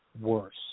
worse